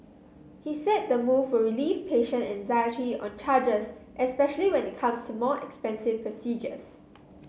he said the move will relieve patient anxiety on charges especially when it comes to more expensive procedures